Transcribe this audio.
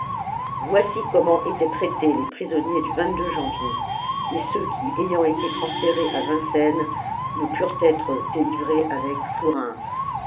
voici comment étaient traités les prisonniers du janvier et ceux qui ayant été transférés à vincennes ne purent être délivrés avec